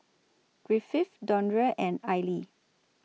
Griffith Dondre and Aili